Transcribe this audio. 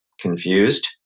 confused